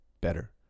better